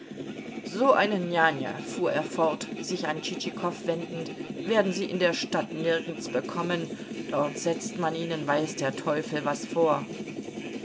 so eine njanja fuhr er fort sich an tschitschikow wendend werden sie in der stadt nirgends bekommen dort setzt man ihnen weiß der teufel was vor